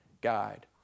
guide